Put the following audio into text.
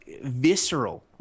visceral